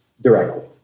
directly